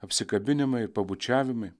apsikabinimai pabučiavimai